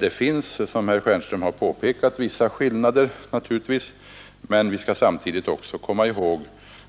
Det finns naturligtvis, som herr Stjernström påpekat, vissa skillnader men vi skall samtidigt komma ihåg